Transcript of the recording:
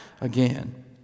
again